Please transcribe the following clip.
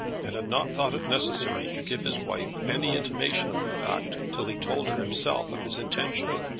and had not thought it necessary to give his wife any intimation of the fact, till he told her himself of his intention.